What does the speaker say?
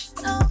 no